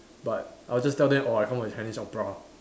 but I'll just tell them oh I come from Chinese opera